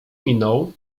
minął